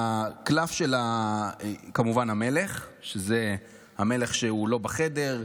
תמיד כמובן הקלף של המלך, שזה המלך שהוא לא בחדר,